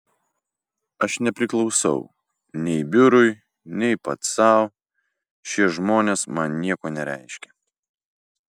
aš nepriklausau nei biurui nei pats sau šie žmonės man nieko nereiškia